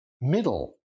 middle